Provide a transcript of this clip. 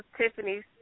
Tiffany's